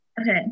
Okay